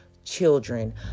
children